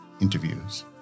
interviews